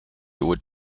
would